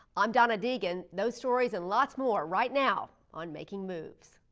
i'm donna deegan, those stories and lots more, right now, on making moves.